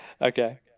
Okay